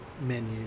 Menu